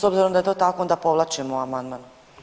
S obzirom da je to tako onda povlačimo amandman.